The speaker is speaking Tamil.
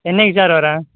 என்னக்கு சார் வர